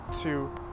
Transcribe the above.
two